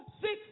six